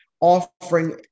offering